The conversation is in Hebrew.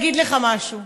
אני אגיד לך משהו,